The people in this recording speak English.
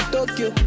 Tokyo